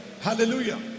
Hallelujah